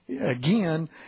Again